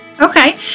Okay